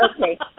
Okay